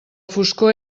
foscor